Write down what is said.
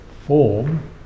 form